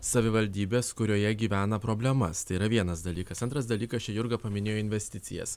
savivaldybės kurioje gyvena problemas tai yra vienas dalykas antras dalykas čia jurga paminėjo investicijas